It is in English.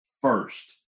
first